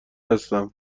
هستم